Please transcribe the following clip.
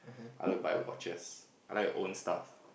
I want to buy watches I like to own stuff